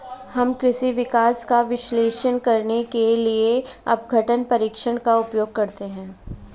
हम कृषि विकास का विश्लेषण करने के लिए अपघटन परीक्षण का उपयोग करते हैं